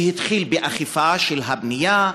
והתחיל באכיפה של הבנייה,